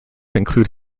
include